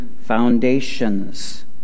foundations